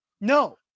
No